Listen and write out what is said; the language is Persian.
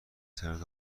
سرت